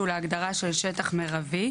הוא להגדרה של שטח מירבי.